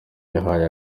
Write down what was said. yahaye